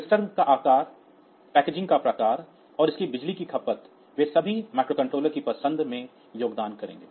system का आकार packaging का प्रकार और इसकी बिजली की खपत वे सभी माइक्रोकंट्रोलर की पसंद में योगदान करेंगे